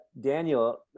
daniel